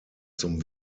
zum